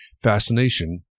fascination